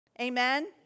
Amen